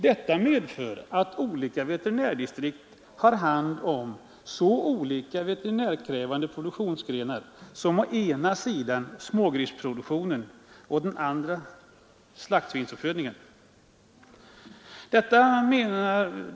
Detta medför att olika veterinärdistrikt har hand om så olika veterinärkrävande produktionsgrenar som å ena sidan smågrisproduktion och å andra sidan slaktsvinsuppfödning.